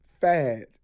fad